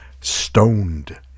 Stoned